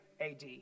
AD